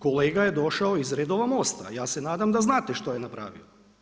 Kolega je došao iz redova MOST-a, ja se nadam da znate što je napravio.